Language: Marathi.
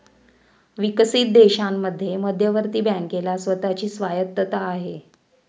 विकसित देशांमध्ये मध्यवर्ती बँकेला स्वतः ची स्वायत्तता आहे